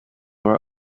were